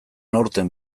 aurten